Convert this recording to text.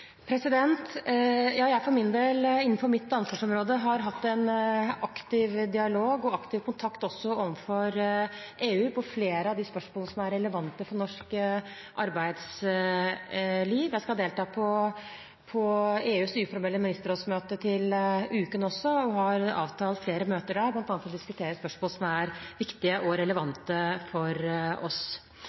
Jeg har for min del, innenfor mitt ansvarsområde, hatt en aktiv dialog og aktiv kontakt også overfor EU om flere av de spørsmålene som er relevante for norsk arbeidsliv. Jeg skal delta på EUs uformelle ministerrådsmøte til uken også, og har avtalt flere møter der, bl.a. for å diskutere spørsmål som er viktige og relevante for oss.